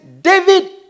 David